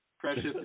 Precious